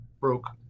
broke